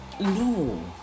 No